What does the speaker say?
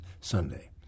Sunday